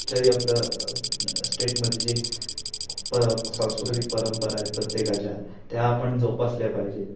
कूठच्याही आपलं स्टेटमध्ये जे प सांस्कृतिक परंपरा आहेत प्रत्येकाच्या त्या आपण जोपासल्या पाहिजेत